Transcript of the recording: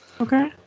Okay